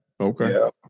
okay